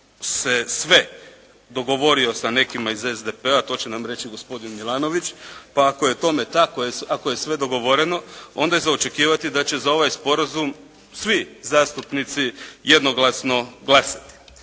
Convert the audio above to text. se sve dogovorio sa nekima iz SDP-a, a to će nam reći gospodin Milanović. Pa ako je tome tako, ako je sve dogovoreno, onda je za očekivati da će za ovaj sporazum svi zastupnici jednoglasno glasati.